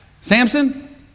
Samson